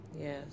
Yes